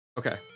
okay